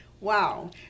Wow